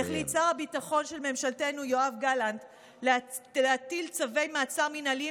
החליט שר הביטחון של ממשלתנו יואב גלנט להטיל צווי מעצר מינהליים